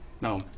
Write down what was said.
No